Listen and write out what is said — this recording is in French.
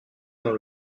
dans